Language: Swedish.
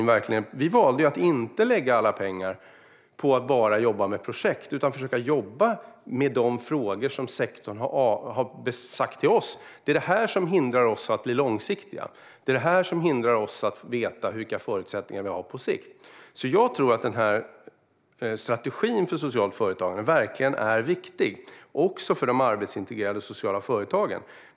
Vi valde att inte lägga alla pengar på att bara jobba med projekt utan på att försöka jobba med de frågor som människor inom sektorn har sagt till oss är det som hindrar dem från att bli långsiktiga och från att veta vilka förutsättningar de har på sikt. Jag tror alltså att strategin för socialt företagande verkligen är viktig också för de arbetsintegrerande sociala företagen.